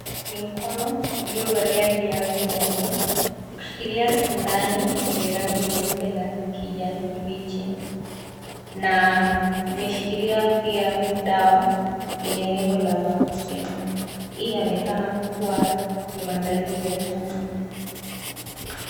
Ni mkono uliovalia glavu nyeupe ukishikilia sindano yenye rangi nyeupe na kijani kibichi na imeshikilia pia dawa yenye nembo ya vaccine . Hii inaonekana kuwa ni maandalizi ya chanjo.